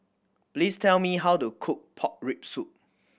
please tell me how to cook pork rib soup